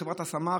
חברת השמה,